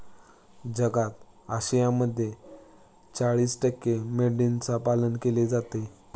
जगात आशियामध्ये चाळीस टक्के मेंढ्यांचं पालन केलं जातं